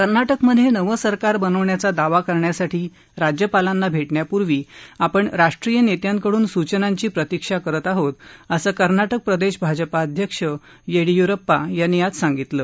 कर्नाटकमधे नवं सरकार बनवण्याचा दावा करण्यासाठी राज्यपालांना भेटण्यापूर्वी आपण राष्ट्रीय नेत्यांकडून सूचनांची प्रतीक्षा करत आहोत असं कर्नाटक प्रदेश भाजपा अध्यक्ष येडियूरप्पा यांनी आज सांगितलं